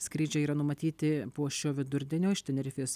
skrydžiai yra numatyti po šio vidurdienio iš tenerifės